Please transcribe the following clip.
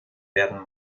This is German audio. werden